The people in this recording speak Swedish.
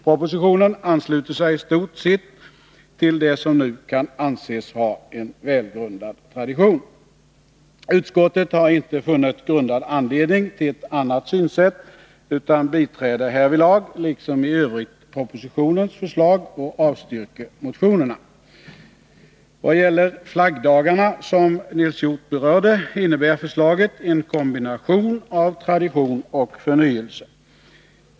Propositionen ansluter sig i stort sett till det som nu kan anses ha en välgrundad tradition. Utskottet har inte funnit grundad anledning till ett annat synsätt, utan biträder härvidlag liksom i övrigt propositionens förslag och avstyrker motionerna. Vad gäller flaggdagarna, som Nils Hjorth berörde, innebär förslaget en kombination av tradition och förnyelse.